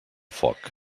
foc